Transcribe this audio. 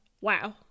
wow